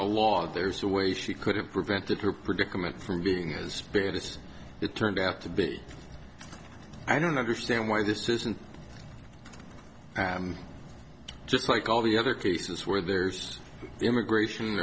the law there's a way she could have prevented her predicament from being as bad as it turned out to be i don't understand why this isn't just like all the other cases where there's immigration